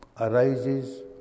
arises